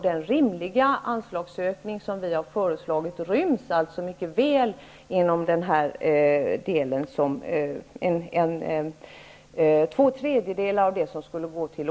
Den rimliga anslagsökning som vi föreslagit ryms alltså mycket väl inom två tredjedelar av det som skulle gå till